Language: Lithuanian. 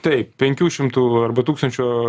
taip penkių šimtų arba tūkstančio